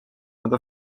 mõnda